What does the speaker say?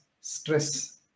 stress